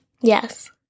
Yes